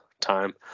time